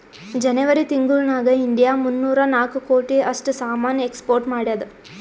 ಜನೆವರಿ ತಿಂಗುಳ್ ನಾಗ್ ಇಂಡಿಯಾ ಮೂನ್ನೂರಾ ನಾಕ್ ಕೋಟಿ ಅಷ್ಟ್ ಸಾಮಾನ್ ಎಕ್ಸ್ಪೋರ್ಟ್ ಮಾಡ್ಯಾದ್